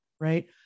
Right